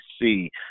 see